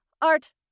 art